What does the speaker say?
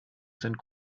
sind